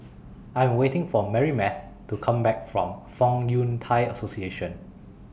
I Am waiting For Marybeth to Come Back from Fong Yun Thai Association